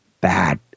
bad